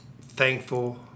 thankful